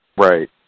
Right